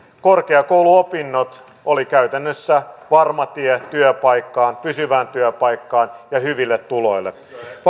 korkeakouluopinnot oli käytännössä varma tie työpaikkaan pysyvään työpaikkaan ja hyville tuloille